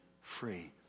free